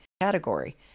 Category